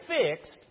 fixed